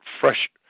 fresh